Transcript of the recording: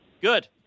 Good